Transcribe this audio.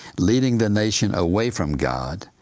leading the nation away from god,